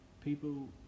people